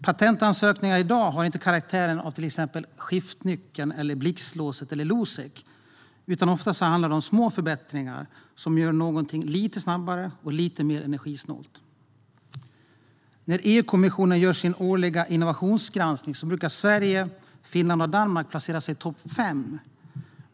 Patentansökningarna i dag har inte karaktären av exempelvis skiftnyckeln, blixtlåset eller Losec, utan det handlar ofta om små förbättringar som gör en sak lite snabbare eller lite mer energisnål. När EU-kommissionen gör sin årliga innovationsrankning brukar Sverige, Finland och Danmark placera sig bland topp fem.